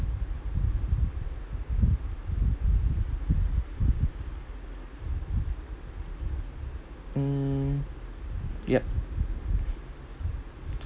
hmm yup